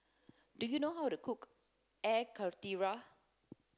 do you know how to cook air karthira